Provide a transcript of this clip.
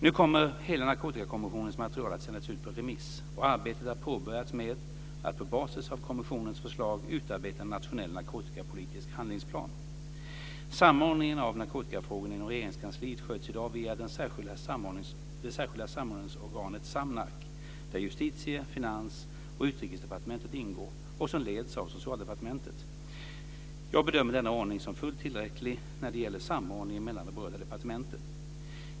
Nu kommer hela Narkotikakommissionens material att sändas ut på remiss och arbetet har påbörjats med att på basis av kommissionens förslag utarbeta en nationell narkotikapolitisk handlingsplan. Samordningen av narkotikafrågorna inom Regeringskansliet sköts i dag via det särskilda samordningsorganet SAMNARK där Justitie-, Finans och Utrikesdepartementet ingår och som leds av Socialdepartementet. Jag bedömer denna ordning som fullt tillräcklig när det gäller samordningen mellan de berörda departementen.